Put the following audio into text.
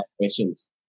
questions